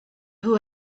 who